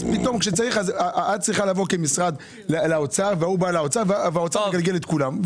כמשרד את צריכה לבוא לאוצר וההוא בא לאוצר והאוצר מגלגל את כולם.